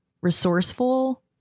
resourceful